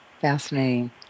Fascinating